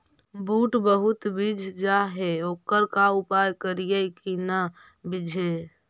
बुट बहुत बिजझ जा हे ओकर का उपाय करियै कि न बिजझे?